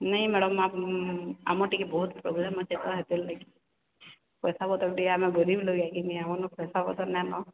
ନାଇଁ ମ୍ୟାଡ଼ମ୍ ମୁଁ ଆପଣଙ୍କ ଆମର ଟିକେ ବହୁତ ପ୍ରୋବ୍ଲେମ୍ ଅଛେ ତ ହେଥିର୍ଲାଗି ପଇସାପତ୍ର ଟିକେ ଆମେ ଗରିବ ଲୋକ ଟିକେ ଆମର୍ ପଇସାପତ୍ର ନାଇଁନ